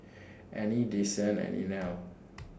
Annie Desean and Inell